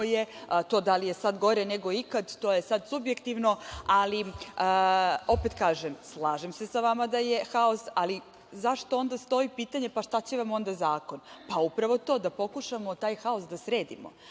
kako je. To da li je sad gore nego ikad, to je sad subjektivno, ali opet kažem, slažem se sa vama da je haos, ali zašto onda stoji pitanje – pa, šta će vam onda zakon? Pa, upravo to da pokušamo taj haos da sredimo. Ja